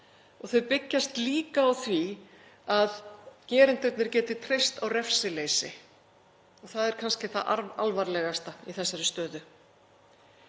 Þau byggjast líka á því að gerendurnir geti treyst á refsileysi. Það er kannski það alvarlegasta í þessari stöðu.